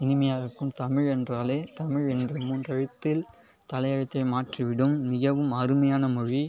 இனிமையாக இருக்கும் தமிழ் என்றாலே தமிழ் என்ற மூன்று எழுத்தில் தலையெழுத்தே மாற்றிவிடும் மிகவும் அருமையான மொழி